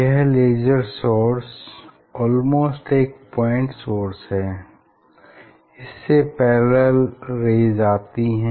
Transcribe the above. यह laser source almost एक point source है इससे पैरेलल रेज़ आती हैं